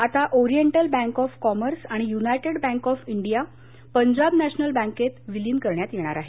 आता oriental bank of commerce आणि united bank of India Punjab national बँकेत विलिन करण्यात येणार आहे